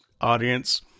audience